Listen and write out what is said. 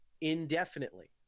indefinitely